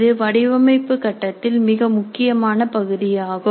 இது வடிவமைப்பு கட்டத்தில் மிக முக்கியமான பகுதியாகும்